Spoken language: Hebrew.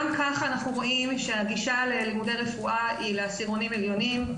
גם כך אנחנו רואים שהגישה ללימודי רפואה היא לעשירונים עליונים.